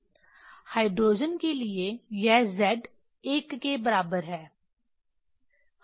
hydrogen के लिए यह Z 1 के बराबर है